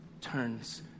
turns